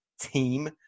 team